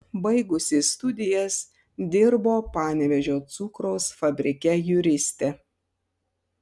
baigusi studijas dirbo panevėžio cukraus fabrike juriste